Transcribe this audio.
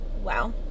wow